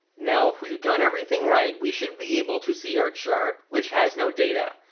now if we've done everything right we should be able to see our chart, which has no data.